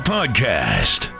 Podcast